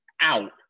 Out